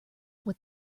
what